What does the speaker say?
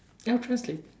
I'll translate